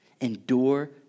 endure